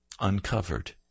uncovered